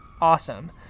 awesome